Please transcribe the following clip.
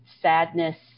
sadness